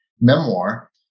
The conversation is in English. memoir